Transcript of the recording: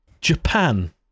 Japan